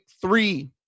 three